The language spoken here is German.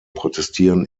protestieren